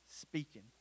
speaking